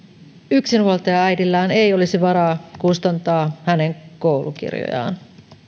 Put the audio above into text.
yksinhuoltajaäidillään ei olisi varaa kustantaa hänen koulukirjojaan